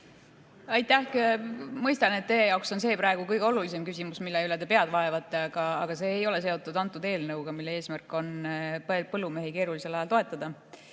Aitäh! Ma mõistan, et teie jaoks on see praegu kõige olulisem küsimus, mille üle te pead vaevate. Aga see ei ole seotud selle eelnõuga, mille eesmärk on põllumehi keerulisel ajal toetada.